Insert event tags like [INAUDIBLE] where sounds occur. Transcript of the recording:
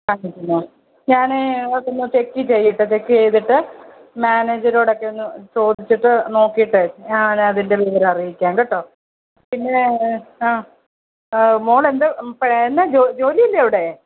[UNINTELLIGIBLE] ഞാൻ ചെക്ക് ചെയ്യട്ടെ ചെക്ക് ചെയ്തിട്ട് മാനേജറോടൊക്കെ ഒന്ന് ചോദിച്ചു നോക്കിയിട്ട് ഞാൻ അതിന്റെ വിവരം അറിയിക്കാം കേട്ടോ പിന്നെ മോൾ എന്ത് എന്നാ ജോലി അല്ലേ അവിടെ